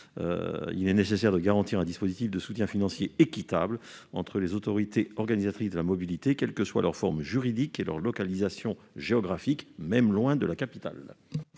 Il est nécessaire de garantir un dispositif de soutien financier équitable entre les autorités organisatrices de la mobilité, quelles que soient leur forme juridique et leur localisation géographique, même loin de la capitale.